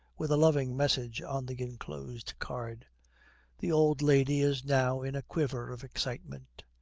with a loving message on the enclosed card the old lady is now in a quiver of excitement.